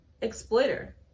exploiter